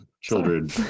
children